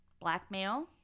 blackmail